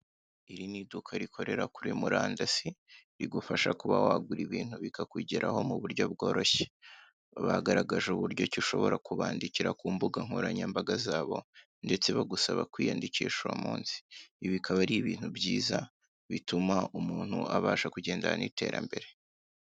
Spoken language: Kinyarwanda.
Iri ni iduka rikorera kuri murandasi rigufasha kuba wagura ibintu bikakugeraho mu buryo bworoshye. Bagaragaje uburyo ki ushobora kubandikira ku mbuga nkoranyambaga zabo, ndetse bagusaba kwiyandikisha uwo munsi; ibi bikaba ari ibintu byiza, bituma umuntu abasha kugendana n'iterambere.